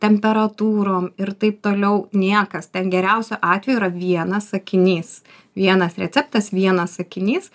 temperatūrom ir taip toliau niekas ten geriausiu atveju yra vienas sakinys vienas receptas vienas sakinys